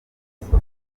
bumoso